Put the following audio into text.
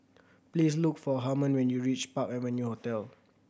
please look for Harmon when you reach Park Avenue Hotel